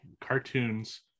cartoons